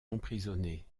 emprisonnés